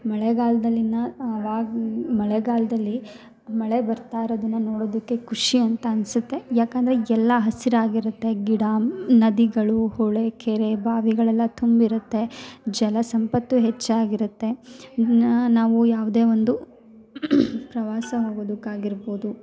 ಮಳೆಗಾಲದಲ್ಲಿ ನ ಆವಾಗ ಮಳೆಗಾಲದಲ್ಲಿ ಮಳೆ ಬರ್ತಾ ಇರೋದನ್ನು ನೋಡೋದಕ್ಕೆ ಖುಷಿ ಅಂತ ಅನ್ನಿಸುತ್ತೆ ಯಾಕೆಂದರೆ ಎಲ್ಲ ಹಸ್ರು ಆಗಿರುತ್ತೆ ಗಿಡ ನದಿಗಳು ಹೊಳೆ ಕೆರೆ ಬಾವಿಗಳೆಲ್ಲ ತುಂಬಿರುತ್ತೆ ಜಲ ಸಂಪತ್ತು ಹೆಚ್ಚಾಗಿರುತ್ತೆ ನಾವು ಯಾವುದೇ ಒಂದು ಪ್ರವಾಸ ಹೋಗೊದಕ್ಕಾಗಿರ್ಬೋದು